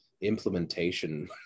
implementation